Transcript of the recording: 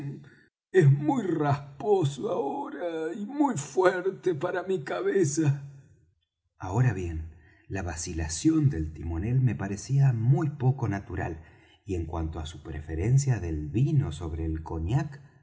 es muy rasposo ahora y muy fuerte para mi cabeza ahora bien la vacilación del timonel me parecía muy poco natural y en cuanto á su preferencia del vino sobre el cognac